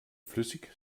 flüssig